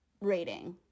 rating